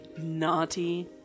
naughty